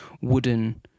wooden